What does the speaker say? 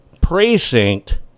precinct